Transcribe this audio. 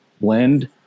blend